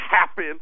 happen